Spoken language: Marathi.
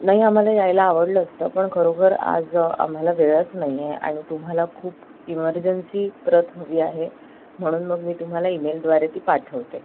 नाही आम्हाला यायला आवडलं असतं पण खरोखर आज आम्हाला वेळच नाही आहे आणि तुम्हाला खूप इमर्जन्सी प्रत हवी आहे म्हणून मग मी तुम्हाला ईमेलद्वारे ती पाठवते